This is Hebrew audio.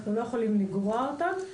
אנחנו לא יכולים לגרוע אותם,